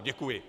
Děkuji.